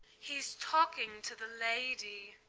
he's talking to the lady.